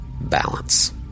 Balance